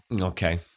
Okay